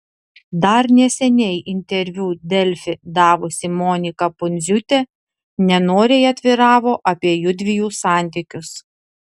dar neseniai interviu delfi davusi monika pundziūtė nenoriai atviravo apie jųdviejų santykius